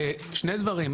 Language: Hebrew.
שני דברים.